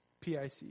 PIC